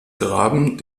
graben